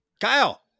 Kyle